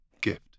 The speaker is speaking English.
gift